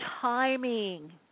timing